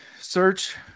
Search